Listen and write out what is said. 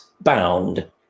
bound